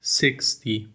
sixty